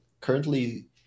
currently